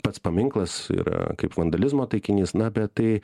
pats paminklas yra kaip vandalizmo taikinys na bet tai